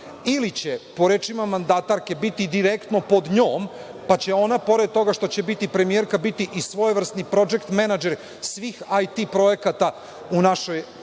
ili će po rečima mandatarke biti direktno pod njom, pa će ona, pored toga što će biti premijerka, biti i svojevrsni prodžekt menadžer svih IT projekata u našoj